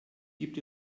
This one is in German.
gibt